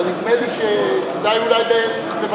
אבל נדמה שכדאי אולי לבקש,